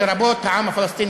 לרבות העם הפלסטיני,